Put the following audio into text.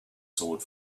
sword